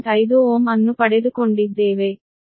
5 Ω ಅನ್ನು ಪಡೆದುಕೊಂಡಿದ್ದೇವೆ